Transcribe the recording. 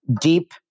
deep